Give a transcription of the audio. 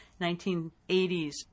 1980s